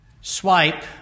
swipe